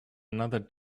another